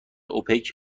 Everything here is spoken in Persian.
اوپک